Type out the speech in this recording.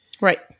Right